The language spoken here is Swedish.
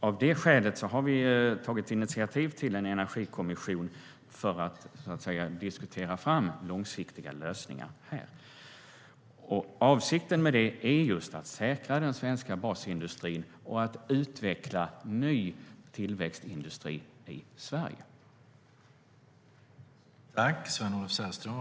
Av det skälet har vi tagit initiativ till en energikommission för att diskutera fram långsiktiga lösningar. Avsikten med det är just att säkra den svenska basindustrin och att utveckla ny tillväxtindustri i Sverige.